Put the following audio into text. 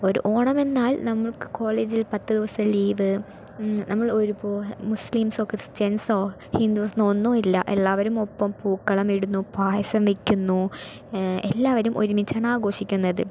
ഒരു ഓണമെന്നാൽ നമുക്ക് കോളേജിൽ പത്ത് ദിവസം ലീവ് നമ്മള് ഒരുപോലെ മുസ്ലിംസോ ക്രിസ്ത്യൻസോ ഹിന്ദുസ്ന്നോ ഒന്നും ഇല്ല എല്ലാവരും ഒപ്പം പൂക്കളം ഇടുന്നു പായസം വയ്ക്കുന്നു എല്ലാവരും ഒരുമിച്ചാണ് ആഘോഷിക്കുന്നത്